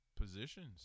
positions